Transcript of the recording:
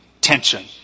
tension